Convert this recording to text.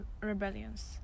rebellions